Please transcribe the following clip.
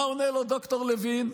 מה עונה לו ד"ר לוין?